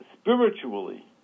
spiritually